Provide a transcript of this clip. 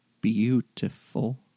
beautiful